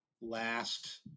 last